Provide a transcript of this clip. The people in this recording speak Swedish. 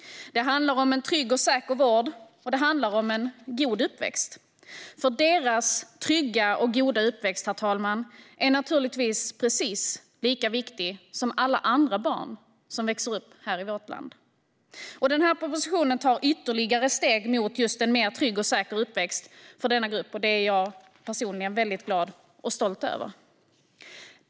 Det handlar om en trygg och säker vård, och det handlar om en god uppväxt. För en trygg och god uppväxt för dem, herr talman, är naturligtvis precis lika viktig som för alla andra barn som växer upp i vårt land. Den här propositionen tar ytterligare steg mot just en tryggare och säkrare uppväxt för denna grupp, och det är jag personligen väldigt glad och stolt över.